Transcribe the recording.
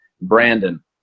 Brandon